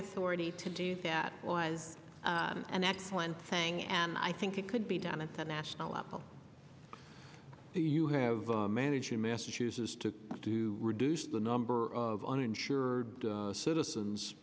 authority to do that was an excellent thing and i think it could be done at the national level you have managed in massachusetts to do reduce the number of uninsured citizens